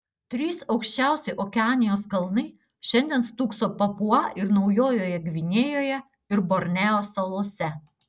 trys aukščiausi okeanijos kalnai šiandien stūkso papua ir naujojoje gvinėjoje ir borneo salose